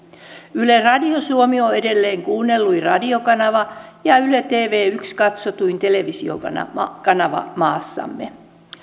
yle radio suomi on on edelleen kuunnelluin radiokanava ja yle tv yhden katsotuin televisiokanava maassamme